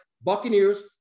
Buccaneers